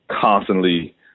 constantly